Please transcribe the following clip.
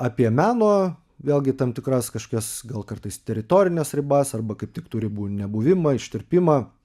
apie meno vėlgi tam tikras kažkokias gal kartais teritorines ribas arba kaip tik tų ribų nebuvimą ištirpimą